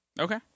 Okay